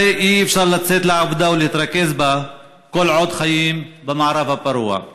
הרי אי-אפשר לצאת לעבודה ולהתרכז בה כל עוד חיים במערב הפרוע.